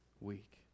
week